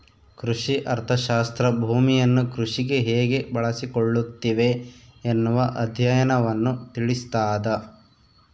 ಕೃಷಿ ಅರ್ಥಶಾಸ್ತ್ರ ಭೂಮಿಯನ್ನು ಕೃಷಿಗೆ ಹೇಗೆ ಬಳಸಿಕೊಳ್ಳುತ್ತಿವಿ ಎನ್ನುವ ಅಧ್ಯಯನವನ್ನು ತಿಳಿಸ್ತಾದ